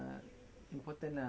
mm